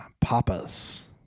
Papas